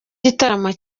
gitaramo